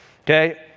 okay